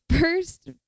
first